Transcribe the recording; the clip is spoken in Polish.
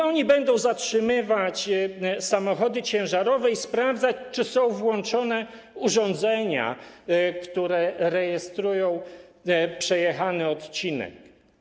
Oni będą zatrzymywać samochody ciężarowe i sprawdzać, czy są włączone urządzenia, które rejestrują przejechany odcinek.